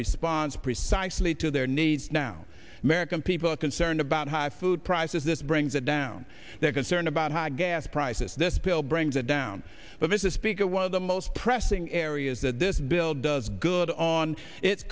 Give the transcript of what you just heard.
response precisely to their needs now american people are concerned about high food prices this brings it down they're concerned about high gas prices this bill brings it down but has a speaker one of the most pressing areas that this bill does good on it